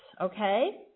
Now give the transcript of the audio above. okay